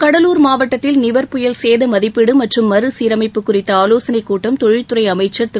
கடலூர் மாவட்டத்தில் நிவர் புயல் சேத மதிப்பீடு மற்றும் மறுசீரமைப்பு குறித்த ஆலோசனைக் கூட்டம் தொழில்துறை அமைச்சர் திரு